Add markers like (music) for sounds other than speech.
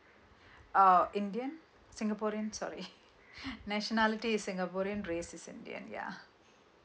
uh indian singaporean sorry (laughs) nationality is singaporean race is indian ya